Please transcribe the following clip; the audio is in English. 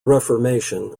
reformation